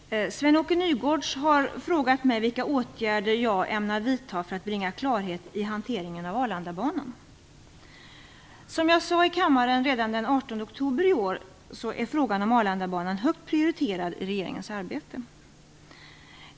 Fru talman! Sven-Åke Nygårds har frågat mig vilka åtgärder jag ämnar vidta för att bringa klarhet i hanteringen av Arlandabanan. Som jag sade i kammaren redan den 18 oktober i år är frågan om Arlandabanan högt prioriterad i regeringens arbete.